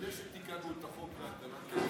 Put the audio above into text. בכנסת תיקנו את החוק להגדלת הכנסת.